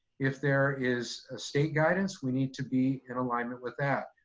if there is a state guidance, we need to be in alignment with that.